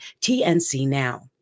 TNCnow